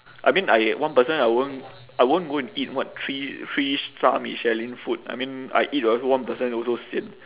I mean I one person I won't I won't go and eat what three three star michelin food I mean I eat also one person also sian